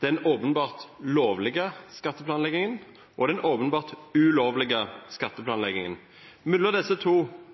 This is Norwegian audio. den åpenbart lovlige skatteplanleggingen og den åpenbart ulovlige skatteplanleggingen. Mellom disse to